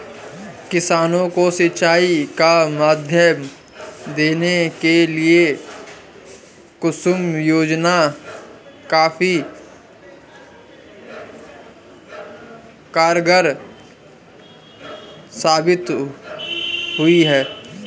किसानों को सिंचाई का माध्यम देने के लिए कुसुम योजना काफी कारगार साबित हुई है